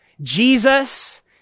Jesus